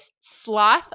sloth